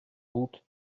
route